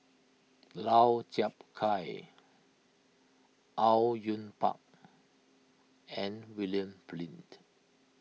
Lau Chiap Khai Au Yue Pak and William Flint